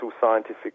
scientific